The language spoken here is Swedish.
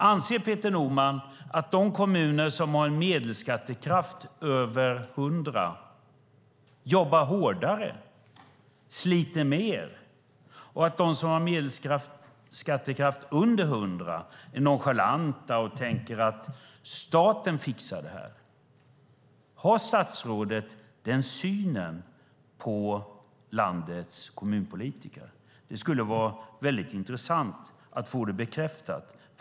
Anser Peter Norman att de kommuner som har en medelskattekraft över 100 jobbar hårdare och sliter mer och att de som har en medelskattekraft under 100 är nonchalanta och tänker att staten fixar detta? Har statsrådet den synen på landets kommunpolitiker? Det skulle vara intressant att få det bekräftat.